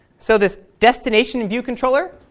so this destinationviewcontroller,